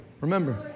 Remember